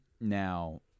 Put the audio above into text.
Now